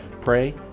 Pray